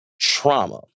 trauma